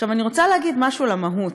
עכשיו, אני רוצה להגיד משהו על המהות.